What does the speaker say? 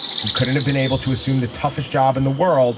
he couldn't have been able to assume the toughest job in the world